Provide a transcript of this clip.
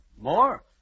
More